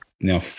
now